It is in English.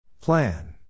Plan